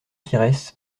pires